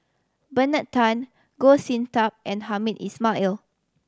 Bernard Tan Goh Sin Tub and Hamed